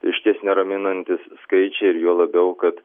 išties neraminantys skaičiai ir juo labiau kad